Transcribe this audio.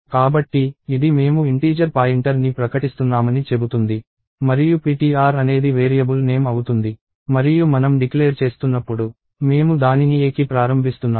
కాబట్టి ఇది మేము ఇంటీజర్ పాయింటర్ని ప్రకటిస్తున్నామని చెబుతుంది మరియు ptr అనేది వేరియబుల్ నేమ్ అవుతుంది మరియు మనం డిక్లేర్ చేస్తున్నప్పుడు మేము దానిని a కి ప్రారంభిస్తున్నాము